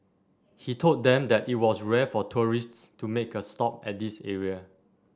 he told them that it was rare for tourists to make a stop at this area